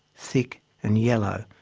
thick and yellow,